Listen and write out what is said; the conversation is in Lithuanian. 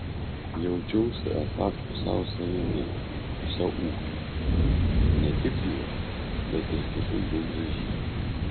jaučiausi esąs pusiau savimi pusiau ūkiu ne tik juo bet ir kitais bendražygiais